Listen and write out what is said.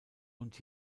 und